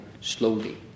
slowly